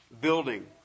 building